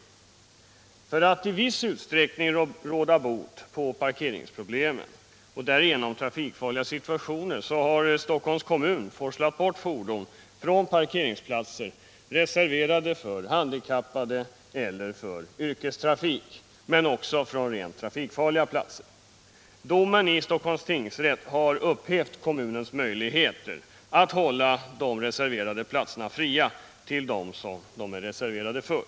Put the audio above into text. Torsdagen den För att i viss utsträckning råda bot på parkeringsproblemen och därigenom 16 februari 1978 trafikfarliga situationer har Stockholms kommun låtit forsla bort fordon från parkeringsplatser, reserverade för handikappade eller för yrkestrafik, men Om ökat antal också från rent trafikfarliga platser. Domen i Stockholms tingsrätt har parkeringsplatser upphävt kommunernas möjligheter att hålla de reserverade platserna fria till för handikappades dem som de är reserverade för.